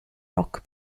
rock